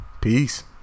peace